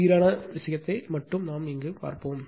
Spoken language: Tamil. சீரான விஷயத்தை மட்டுமே நாம் கருதுவோம்